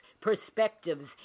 perspectives